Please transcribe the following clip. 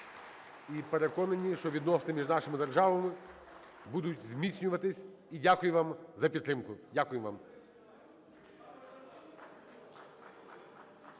І переконані, що відносини між нашими державами будуть зміцнюватися, і дякую вам за підтримку. Дякуємо вам.